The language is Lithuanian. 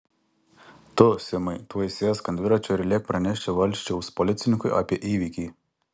tu simai tuoj sėsk ant dviračio ir lėk pranešti valsčiaus policininkui apie įvykį